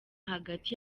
hagati